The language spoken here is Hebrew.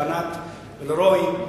לענת ולרועי,